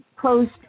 closed